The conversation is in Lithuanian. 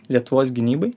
lietuvos gynybai